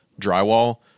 drywall